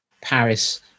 Paris